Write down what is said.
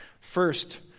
First